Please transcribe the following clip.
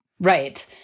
Right